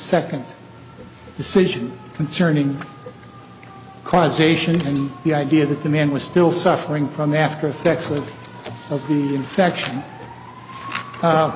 second decision concerning causation and the idea that the man was still suffering from the after effects of the infection